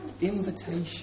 invitation